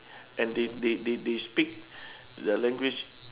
and they they they they speak the language